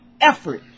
effort